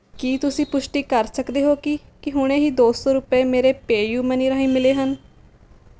ਕੀ ਤੁਸੀਂ ਪੁਸ਼ਟੀ ਕਰ ਸਕਦੇ ਹੋ ਕਿ ਕੀ ਹੁਣੇ ਹੀ ਦੋ ਸੌ ਰੁਪਏ ਮੇਰੇ ਪੇਯੂਮਨੀ ਰਾਹੀਂ ਮਿਲੇ ਹਨ